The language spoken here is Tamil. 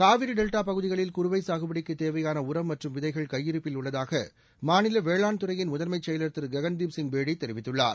காவிரி டெல்டா பகுதிகளில் குறுவை சாகுபடிக்குத் தேவையான உரம் மற்றும் விதைகள் கையிருப்பில் உள்ளதாக மாநில வேளாண் துறையின் முதன்மை செயலாளர் திரு ககன்தீப்சிங் பேடி தெரிவித்துள்ளார்